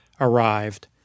arrived